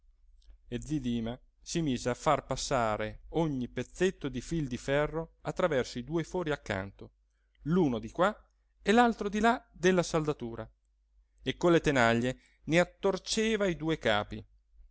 e zi dima si mise a far passare ogni pezzetto di fil di ferro attraverso i due fori accanto l'uno di qua e l'altro di là della saldatura e con le tanaglie ne attorceva i due capi